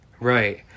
Right